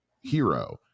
hero